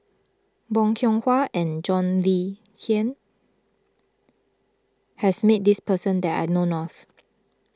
Bong Kiong Hwa and John Le Cain has met this person that I know of